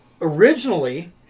originally